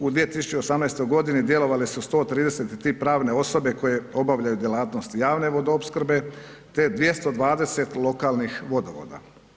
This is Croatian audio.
U 2018. godini djelovale su 133 pravne osobe koje obavljaju djelatnost javne vodoopskrbe te 220 lokalnih vodovoda.